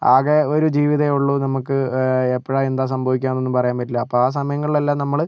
ആകെ ഒരു ജീവിതമേ ഉള്ളൂ നമുക്ക് എപ്പഴാണ് എന്താ സംഭവിക്കാന്നൊന്നും പറയാൻ പറ്റില്ല അപ്പം ആ സമയങ്ങളിലെല്ലാം നമ്മള്